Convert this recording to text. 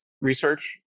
research